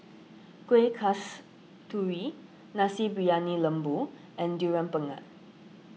Kueh Kasturi Nasi Briyani Lembu and Durian Pengat